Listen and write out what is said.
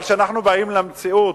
אבל כשאנחנו באים למציאות,